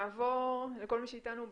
נעבור לכל מי שאיתנו בזום,